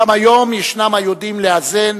גם היום ישנם היודעים לאזן